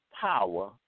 power